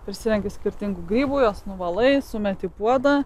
prisirenka skirtingų grybų juos nuvalai sumeti į puodą